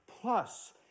plus